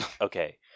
Okay